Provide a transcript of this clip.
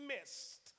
missed